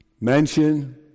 mansion